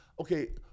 Okay